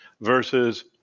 versus